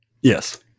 Yes